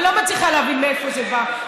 אני לא מצליחה להבין מאיפה זה בא.